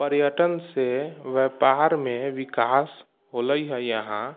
पर्यटनसँ व्यापारमे विकास होलै हऽ यहाँ